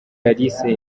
alice